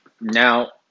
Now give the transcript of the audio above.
Now